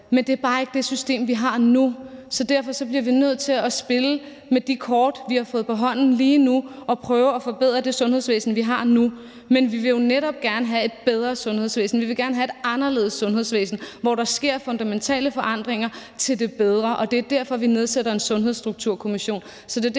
Men det er bare ikke det system, vi har nu. Så derfor bliver vi nødt til at spille med de kort, vi har fået på hånden lige nu, og prøve at forbedre det sundhedsvæsen, vi har nu. Men vi vil jo netop gerne have et bedre sundhedsvæsen; vi vil gerne have et anderledes sundhedsvæsen, hvor der sker fundamentale forandringer til det bedre, og det er derfor, vi nedsætter en sundhedsstrukturkommission.